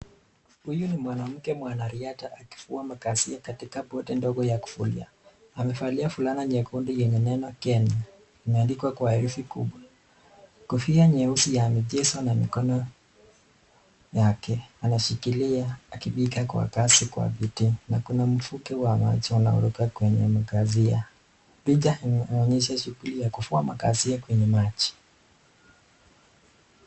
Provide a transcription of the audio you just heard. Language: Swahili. Huyu ni mwanamke mwanariadha akifua makasia katika boti ndogo ya kufulia. Amevalia fulana nyeupe yenye neno Kenya limeandikwa kwa herufi kubwa. Kofia nyeusi ya michezo na mikono yake, anashikilia akibika kwa kasi kwa viti na kuna mfuko wa macho unaruka kwenye mkagazia. Picha imeonyesha shughuli ya kufua makasia kwenye maji.